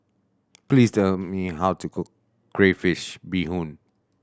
please tell me how to cook crayfish beehoon